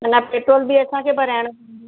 अल्हा petrol बि असांखे भराइणो पवंदो